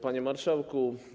Panie Marszałku!